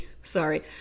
Sorry